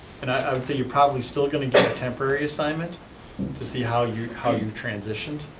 and i would say you're probably still gonna get a temporary assignment to see how you've how you've transitioned,